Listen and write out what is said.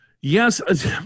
Yes